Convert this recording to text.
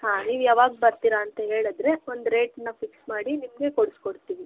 ಹಾಂ ನೀವು ಯಾವಾಗ ಬರ್ತೀರ ಅಂತ್ಹೇಳಿದ್ರೆ ಒಂದು ರೇಟನ್ನ ಫಿಕ್ಸ್ ಮಾಡಿ ನಿಮಗೆ ಕೊಡ್ಸ್ಕೊಡ್ತಿವಿ